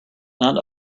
not